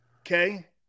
okay